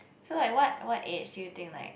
so like what what age do you think like